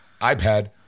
iPad